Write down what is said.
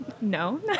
No